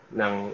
ng